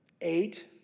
eight